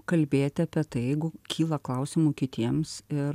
kalbėti apie tai jeigu kyla klausimų kitiems ir